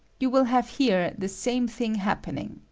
you will have here the same thing happening.